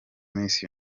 miss